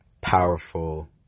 powerful